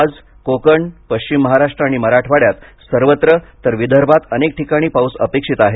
आज कोकण पश्चिम महाराष्ट्र आणि मराठवाड्यात सर्वत्र तर विदर्भात अनेक ठिकाणी पाऊस अपेक्षित आहे